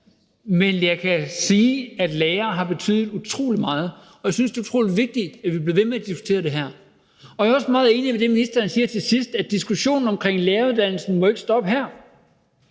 men jeg kan sige, at lærere har betydet utrolig meget, og jeg synes, det er utrolig vigtigt, at vi bliver ved med at diskutere det her. Jeg er også meget enig i det, ministeren siger til sidst om, at diskussionen omkring læreruddannelsen ikke må stoppe her.